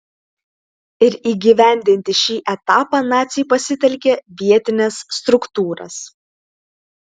ir įgyvendinti šį etapą naciai pasitelkė vietines struktūras